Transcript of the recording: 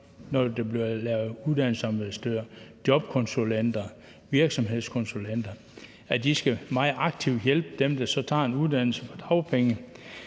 når der bliver lavet uddannelsesstøtte, får hjælp af jobkonsulenter, virksomhedskonsulenter, og at de meget aktivt skal hjælpe dem, der så tager en uddannelse på dagpenge.